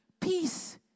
peace